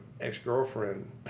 ex-girlfriend